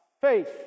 faith